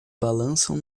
balançam